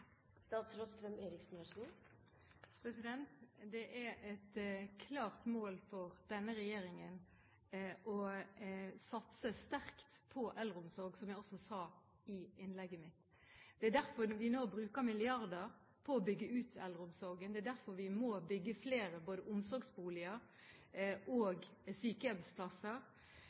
Det er et klart mål for denne regjeringen å satse sterkt på eldreomsorg, som jeg også sa i innlegget mitt. Det er derfor vi nå bruker milliarder på å bygge ut eldreomsorgen. Det er derfor vi må bygge flere omsorgsboliger og sykehjemsplasser,